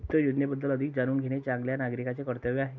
वित्त योजनेबद्दल अधिक जाणून घेणे चांगल्या नागरिकाचे कर्तव्य आहे